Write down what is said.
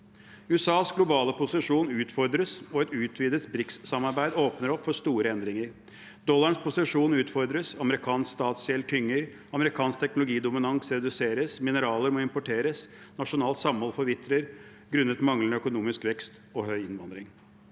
USAs globale posisjon utfordres, og et utvidet BRICS-samarbeid åpner opp for store endringer. Dollarens posisjon utfordres, amerikansk statsgjeld tynger, amerikansk teknologidominans reduseres, mineraler må importeres, nasjonalt samhold forvitrer grunnet manglende økonomisk vekst og høy innvandring.